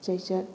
ꯆꯩꯆꯠ